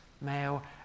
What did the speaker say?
male